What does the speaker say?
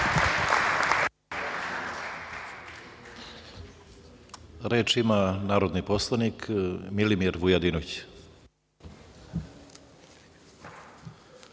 Reč ima narodni poslanik Milimir Vujadinović.